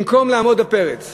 במקום לעמוד בפרץ